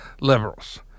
liberals